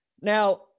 now